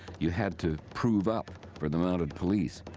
you had to prove up for the mounted police,